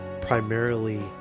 primarily